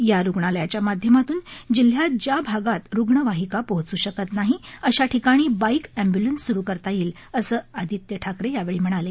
या रुग्णालयाच्या माध्यमातून जिल्ह्यात ज्या भागात रुग्णवाहिका पोहोचू शकत नाही अशा ठिकाणी बाईक एंबूलेन्स सुरू करता येईल असं आदित्य ठाकरे यावेळी म्हणाले